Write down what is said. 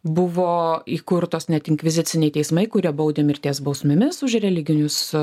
buvo įkurtos net inkviziciniai teismai kurie baudė mirties bausmėmis už religinius